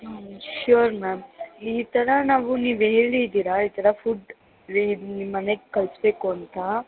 ಹ್ಞೂ sure ma'am ಈ ಥರ ನಾವು ನೀವು ಹೇಳಿದೀರ ಈ ಥರ ಫುಡ್ ವಿ ನಿಮ್ಮ ಮನೆಗ್ ಕಳಿಸ್ಬೇಕು ಅಂತ